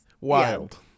wild